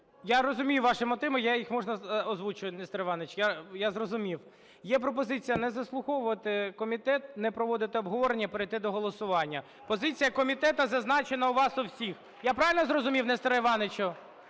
я розумію ваші мотиви. Я їх, можна, озвучу, Нестор Іванович? Я зрозумів. Є пропозиція не заслуховувати комітет, не проводити обговорення, а перейти до голосування. Позиція комітету зазначена у вас у всіх. Я правильно зрозумів, Несторе Івановичу?